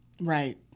Right